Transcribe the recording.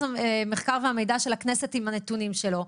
המחקר והמידע של הכנסת עם הנתונים שלו.